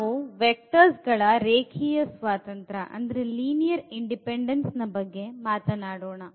ನಾವು ವೆಕ್ಟರ್ಸ್ ಗಳ ರೇಖೀಯ ಸ್ವಾತಂತ್ರ್ಯದ ಬಗ್ಗೆ ಮಾತನಾಡೋಣ